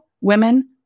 women